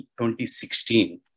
2016